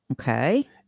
Okay